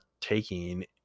taking